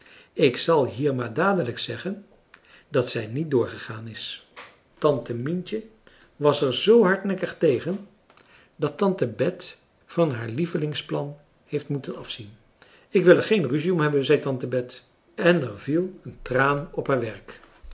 ik zal hier maar dadelijk zeggen dat zij niet doorgegaan is tante mientje was er zoo hardnekkig tegen dat tante bet van haar lievelingsplan heeft moeten afzien ik wil er geen ruzie om hebben zei tante bet en er viel een traan op haar werk